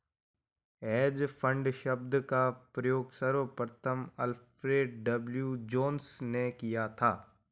hedge fund शब्द का प्रयोग सर्वप्रथम अल्फ्रेड डब्ल्यू जोंस ने किया था